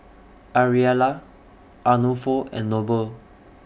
Ariella Arnulfo and Noble